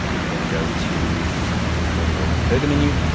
i'm gonna go to the little burger menu,